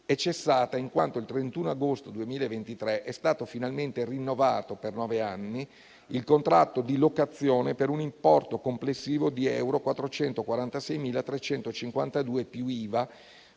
è cessata, in quanto il 31 agosto 2023 è stato finalmente rinnovato, per nove anni, il contratto di locazione, per un importo complessivo di euro 446.352 più Iva,